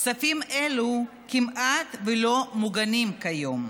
כספים אלו כמעט לא מוגנים כיום.